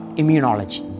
immunology